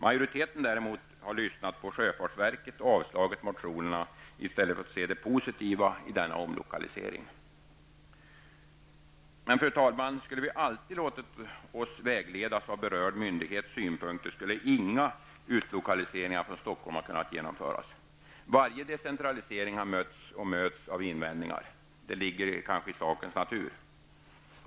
Majoriteten har däremot lyssnat på sjöfartsverket och avstyrkt motionerna i stället för att se det positiva i denna omlokalisering. Fru talman! Skulle vi alltid låtit oss vägledas av berörd myndighets synpunkter skulle inga utlokaliseringar från Stockholm ha kunnat genomföras. Varje decentralisering har mötts och möts av invändningar. Detta ligger kanske i sakens natur.